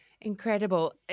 Incredible